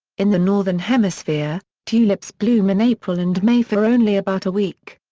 in the northern hemisphere, tulips bloom in april and may for only about a week.